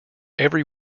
every